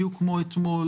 בדיוק כמו אתמול,